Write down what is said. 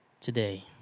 Today